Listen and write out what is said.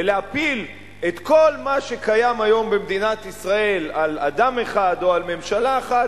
ולהפיל את כל מה שקיים היום במדינת ישראל על אדם אחד או על ממשלה אחת,